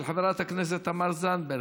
של חברי הכנסת תמר זנדברג,